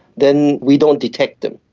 then we don't detect them.